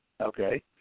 Okay